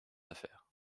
affaires